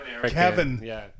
Kevin